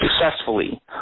successfully